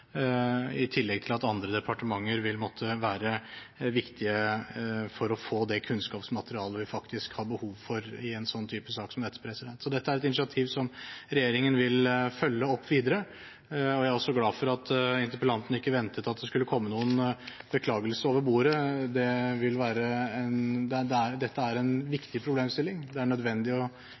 i tillegg til at andre departementer vil måtte være viktige for å få det kunnskapsmaterialet vi faktisk har behov for i en sånn sak som dette. Så dette er et initiativ som regjeringen vil følge opp videre, og jeg er glad for at interpellanten ikke ventet at det skulle komme en beklagelse over bordet. Dette er en viktig problemstilling, og det er nødvendig å følge en